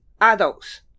adults